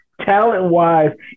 talent-wise